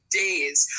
days